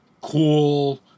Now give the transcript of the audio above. cool